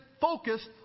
focused